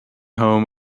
home